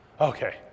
okay